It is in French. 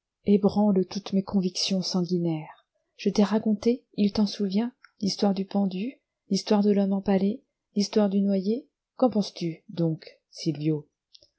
ébranle toutes mes convictions sanguinaires je t'ai raconté il t'en souvient l'histoire du pendu l'histoire de l'homme empalé l'histoire du noyé qu'en penses-tu donc